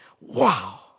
wow